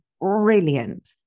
brilliant